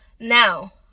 Now